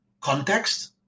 context